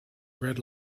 red